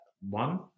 one